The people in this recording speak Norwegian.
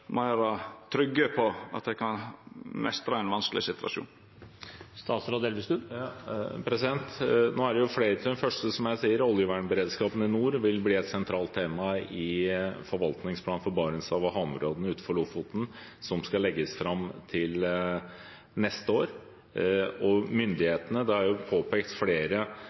på at dei kan meistra ein vanskeleg situasjon? Nå er det jo flere ting. Det første, som jeg sier, er at oljevernberedskapen i nord vil bli et sentralt tema i forvaltningsplanen for Barentshavet og havområdene utenfor Lofoten som skal legges fram neste år. Når det gjelder myndighetene, er det påpekt